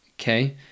okay